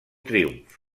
triomf